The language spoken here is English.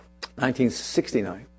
1969